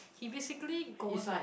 he basically goes